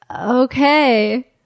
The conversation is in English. okay